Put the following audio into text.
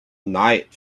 night